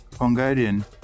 Hungarian